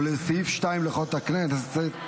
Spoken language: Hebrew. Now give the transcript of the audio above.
ולסעיף 2 לחוק הכנסת,